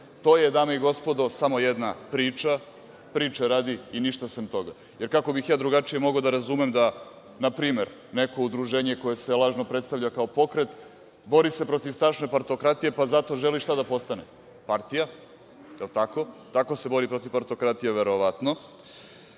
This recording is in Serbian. su? To je dame i gospodo samo jedna priča, priče radi i ništa sem toga. Jer, kako bih ja drugačije mogao da razumemo da npr. neko udruženje koje se lažno predstavlja kao pokret, bori se protiv strašne partokratije pa zato želi šta da postane? Partija, jel tako? Tako se bori protiv partokratije verovatno.